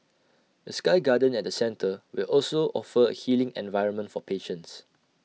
A sky garden at the centre will also offer A healing environment for patients